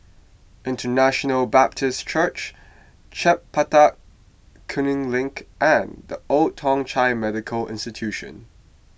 International Baptist Church Chempaka Kuning Link and Old Thong Chai Medical Institution